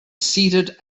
seated